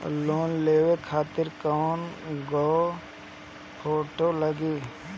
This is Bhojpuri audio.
लोन लेवे खातिर कै गो फोटो लागी?